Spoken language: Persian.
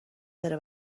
داره